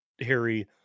Harry